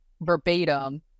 verbatim